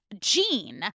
Gene